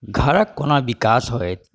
घरके कोना विकास होयत